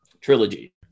Trilogy